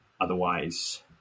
Otherwise